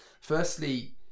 firstly